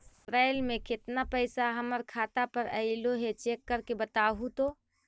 अप्रैल में केतना पैसा हमर खाता पर अएलो है चेक कर के बताहू तो?